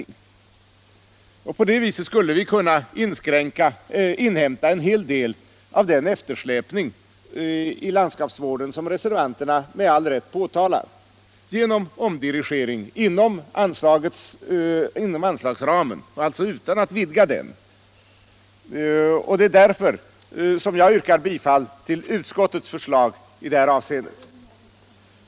Genom omdirigering inom anslagsramen utan att vidga den skulle vi alltså kunna inhämta en hel del av den eftersläpning i landskapsvården som reservanterna med all rätt påtalar. Det är därför som jag yrkar bifall till utskottets förslag i det här hänseendet.